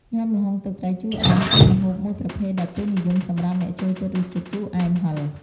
ញំាល្ហុងទឹកត្រីជូរអែម ជាម្ហូបមួយប្រភេទដែលពេញនិយមសម្រាប់អ្នកចូលចិត្តរសជាតិជូរអែមហឹរ។